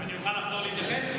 אני אוכל לחזור להתייחס?